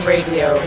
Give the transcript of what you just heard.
Radio